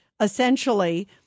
essentially